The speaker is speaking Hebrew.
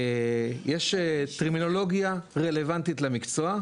יש טרמינולוגיה רלוונטית למקצוע,